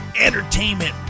entertainment